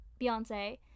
beyonce